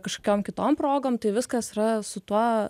kažkokiom kitom progom tai viskas yra su tuo